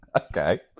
Okay